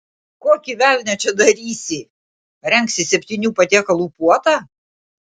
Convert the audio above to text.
kokį velnią čia darysi rengsi septynių patiekalų puotą